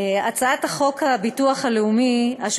הצעת חוק הביטוח הלאומי (תיקון,